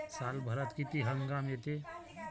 सालभरात किती हंगाम येते?